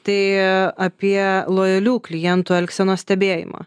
tai apie lojalių klientų elgsenos stebėjimą